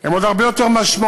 הם עוד הרבה יותר משמעותיים.